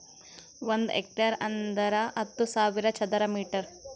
ಒಂದ್ ಹೆಕ್ಟೇರ್ ಅಂದರ ಹತ್ತು ಸಾವಿರ ಚದರ ಮೀಟರ್